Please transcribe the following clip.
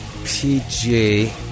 PG